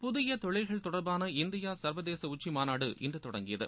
புதிய தொழில்கள் தொடர்பான இந்தியா சர்வதேச உச்சி மாநாடு இன்று தொடங்கியது